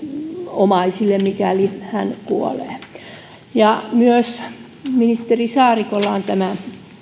omaisille mikäli hän kuolee ministeri saarikolla on myös